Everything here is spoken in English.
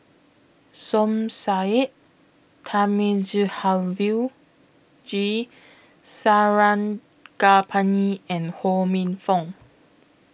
Som Said Thamizhavel G Sarangapani and Ho Minfong